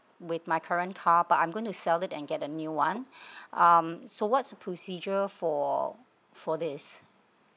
with my current car but I'm going to sell it and get a new one um so what's procedure for for this